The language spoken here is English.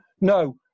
No